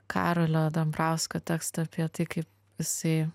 karolio dambrausko tekstą apie tai kaip jisai